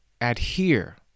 adhere